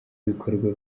ibikorwa